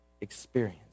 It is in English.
experience